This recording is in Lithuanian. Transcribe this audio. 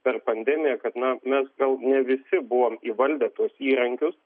per pandemiją kad na mes gal ne visi buvom įvaldę tuos įrankius